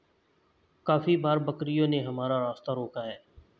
काफी बार बकरियों ने हमारा रास्ता रोका है